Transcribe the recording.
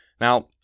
Now